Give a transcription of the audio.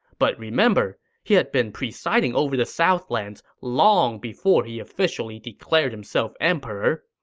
but remember, he had been presiding over the southlands long before he officially declared himself emperor.